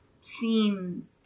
seem